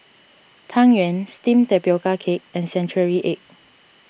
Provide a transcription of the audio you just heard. Tang Yuen Steamed Tapioca Cake and Century Egg